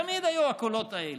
תמיד היו הקולות האלה.